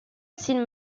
seen